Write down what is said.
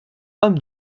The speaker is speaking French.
homme